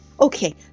Okay